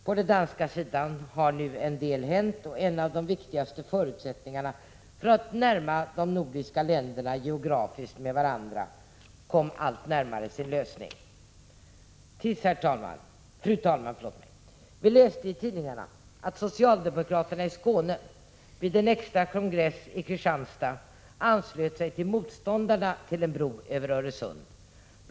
På den danska sidan har nu en del hänt, och en av de viktigaste förutsättningarna för att närma de nordiska länderna geografiskt till varandra tycktes uppfyllas — tills, fru talman, vi läste i tidningarna att socialdemokraterna i Skåne vid en extra kongress i Kristianstad anslöt sig till motståndarna till en bro över Öresund.